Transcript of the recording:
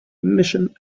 mission